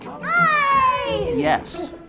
yes